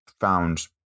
found